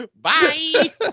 Bye